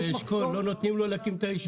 גרעין שאנן באשכול, לא נותנים לו להקים את הישוב.